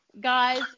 Guys